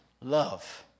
Love